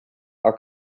our